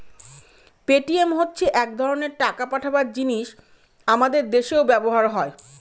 Paytm হচ্ছে এক ধরনের টাকা পাঠাবার জিনিস আমাদের দেশেও ব্যবহার হয়